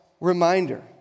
reminder